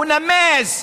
הוא יימס.